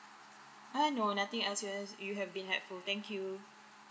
uh no nothing else you you have been helpful thank you